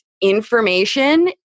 information